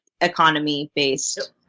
economy-based